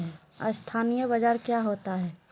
अस्थानी बाजार क्या होता है?